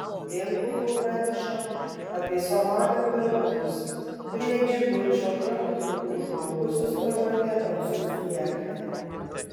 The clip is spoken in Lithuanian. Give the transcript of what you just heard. vėl buvo pranešama apie somalio piratus prie džibučio krantų užgrobusius prabangią prancūzų jachtą